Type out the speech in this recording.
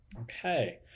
Okay